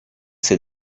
say